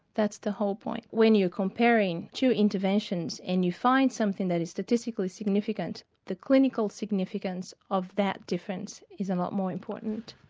that's the whole point. when you are comparing two interventions and you find something that is statistically significant, the clinical significance of that difference is a lot more important.